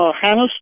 Hannah